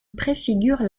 préfigure